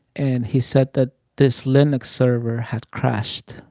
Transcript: and he said that this linux server had crashed.